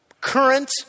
current